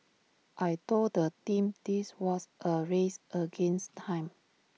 I Told the team this was A race against time